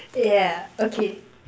yeah okay